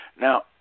Now